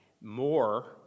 more